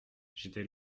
j’étais